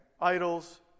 idols